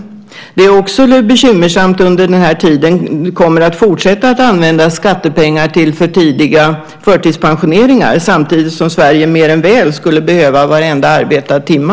Det är också bekymmersamt att det under den här tiden kommer att fortsätta att användas skattepengar till för tidiga förtidspensioneringar samtidigt som Sverige mer än väl skulle behöva varenda arbetad timma.